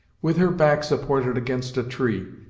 with her back supported against a tree,